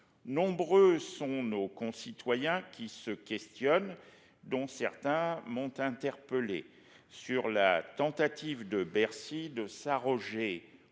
nombreux sont nos concitoyens qui se questionnent dont certains m'ont interpellé sur la tentative de Bercy de s'arroger autant